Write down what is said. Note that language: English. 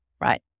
right